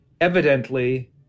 evidently